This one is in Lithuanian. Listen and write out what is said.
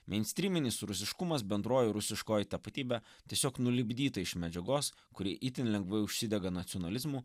meinstryminis rusiškumas bendroji rusiškoji tapatybė tiesiog nulipdyta iš medžiagos kuri itin lengvai užsidega nacionalizmu